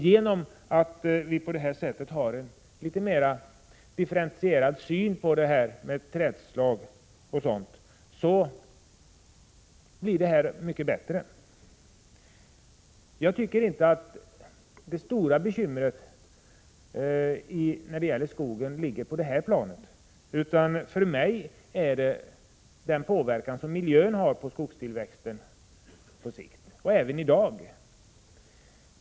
Genom att vi på det här sättet har en litet mera differentierad syn på detta med trädslag, blir resultatet mycket bättre. Jag tycker inte att det stora bekymret när det gäller skogen ligger på det här planet. För mig är det stora bekymret miljöns påverkan på skogstillväxten på sikt — och även i dag.